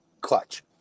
clutch